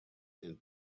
and